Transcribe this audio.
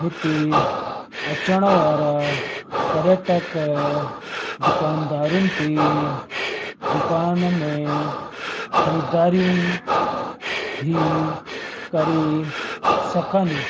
हिते अचणु वारा पर्यटक दुकानदारनि ते दुकान में ख़रीदारियूं बि करे सघनि